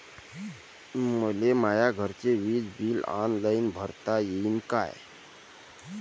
मले माया घरचे विज बिल ऑनलाईन भरता येईन का?